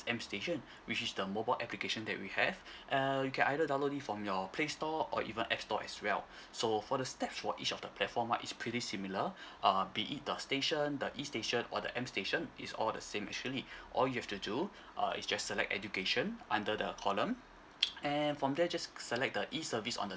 M station which is the mobile application that we have err you can either download it from your play store or even app store as well so for the steps for each of the platform right it's pretty similar uh be it the station the E station or the M station is all the same actually all you have to do uh is just select education under the column and from there just select the E service on the